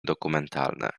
dokumentalne